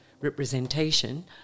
representation